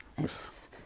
Yes